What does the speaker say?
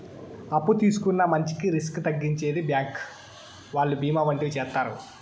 అప్పు తీసుకున్న మంచికి రిస్క్ తగ్గించేకి బ్యాంకు వాళ్ళు బీమా వంటివి చేత్తారు